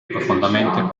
profondamente